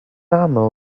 aml